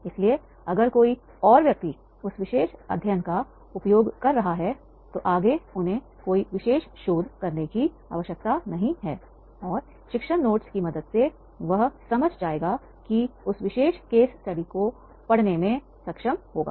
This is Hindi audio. इसलिए अगर कोई और व्यक्ति उस विशेष अध्ययन का उपयोग कर रहा है इसलिए आगे उन्हें कोई विशेष शोध करने की आवश्यकता नहीं है और शिक्षण नोट्स की मदद से वह समझ जाएगा और उस विशेष केस स्टडी को पढ़ाने में सक्षम होगा